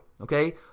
okay